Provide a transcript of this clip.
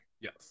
Yes